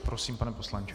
Prosím, pane poslanče.